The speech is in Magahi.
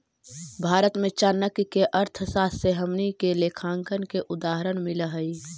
भारत में चाणक्य के अर्थशास्त्र से हमनी के लेखांकन के उदाहरण मिल हइ